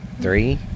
three